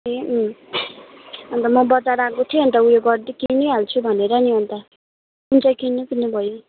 ए अन्त म बजार आएको थिएँ अन्त उयो गर्दै अन्त किनिहाल्छु भनेर नि अन्त कुन चाहिँ किन्नु किन्नु भयो